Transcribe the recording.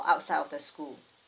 outside of the school